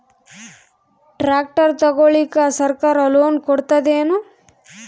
Tractor ತಗೊಳಿಕ ಸರ್ಕಾರ loan ಕೊಡತದೇನು?